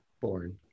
born